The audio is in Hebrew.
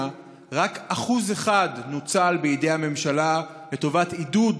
רק 1% נוצל בידי הממשלה לטובת עידוד